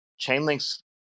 Chainlink's